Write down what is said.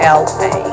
la